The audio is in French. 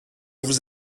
vous